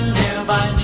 nearby